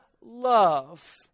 love